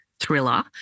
thriller